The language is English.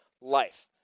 life